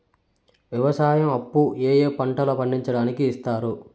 వ్యవసాయం అప్పు ఏ ఏ పంటలు పండించడానికి ఇస్తారు?